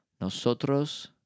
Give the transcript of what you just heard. Nosotros